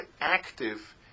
active